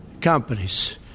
companies